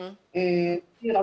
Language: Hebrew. נעיר,